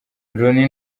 loni